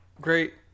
great